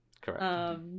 Correct